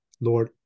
Lord